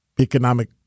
economic